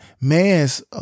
man's